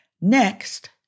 Next